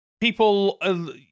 people